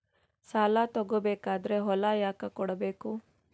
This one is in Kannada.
ಸಾಲ ತಗೋ ಬೇಕಾದ್ರೆ ಹೊಲ ಯಾಕ ಕೊಡಬೇಕು?